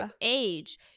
age